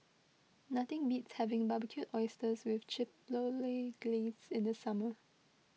nothing beats having Barbecued Oysters with Chipotle Glaze in the summer